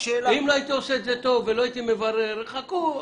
אם לא הייתי עושה את זה טוב ולא הייתי מברר חכו,